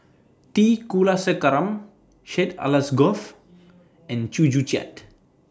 T Kulasekaram Syed Alsagoff and Chew Joo Chiat